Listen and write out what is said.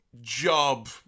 job